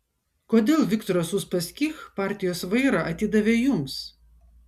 kodėl viktoras uspaskich partijos vairą atidavė jums